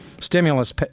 stimulus